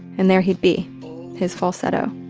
and there he'd be his falsetto